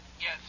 Yes